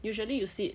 usually you sit